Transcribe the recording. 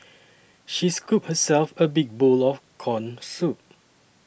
she scooped herself a big bowl of Corn Soup